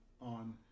on